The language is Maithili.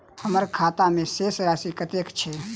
हम्मर खाता मे शेष राशि कतेक छैय?